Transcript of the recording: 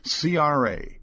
CRA